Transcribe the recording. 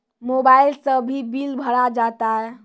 Mobile से भी bill भरा जाता हैं?